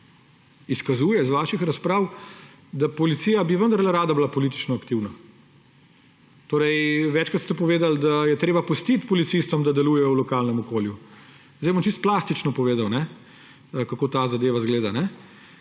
izkazuje iz vaših razprav, da policija bi vendarle rada bila politično aktivna. Večkrat ste povedali, da je treba pustiti policistom, da delujejo v lokalnem okolju. Zdaj bom čisto plastično povedal, kako ta zadeva zgleda,